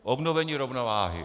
Obnovení rovnováhy.